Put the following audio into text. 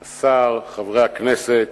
השר, חברי הכנסת,